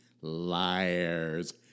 liars